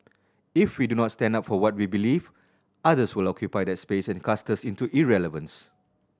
if we do not stand up for what we believe others will occupy that space and cast us into irrelevance